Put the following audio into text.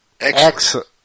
Excellent